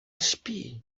śpi